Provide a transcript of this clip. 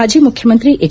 ಮಾಜಿ ಮುಖ್ಯಮಂತ್ರಿ ಎಚ್